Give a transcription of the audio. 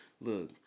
Look